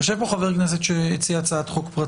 יושב פה חבר כנסת שהציע הצעת חוק פרטית,